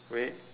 wait